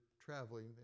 traveling